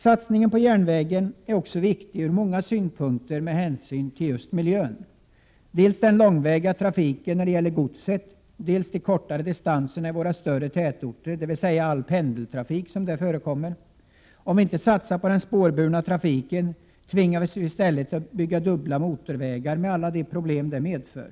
Satsningen på järnvägen är från många synpunkter viktig med hänsyn till 153 just miljön, dels gäller det den långväga godstrafiken, dels de kortare distanserna i våra större tätorter, dvs. all pendeltrafik som där förekommer. Om vi inte satsar på den spårburna trafiken tvingas vi i stället bygga ut dubbla motorvägar — med alla de problem detta medför.